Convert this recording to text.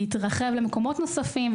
להתרחב למקומות נוספים,